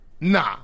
Nah